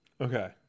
Okay